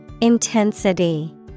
Intensity